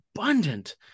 abundant